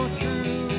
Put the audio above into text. true